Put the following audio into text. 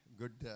good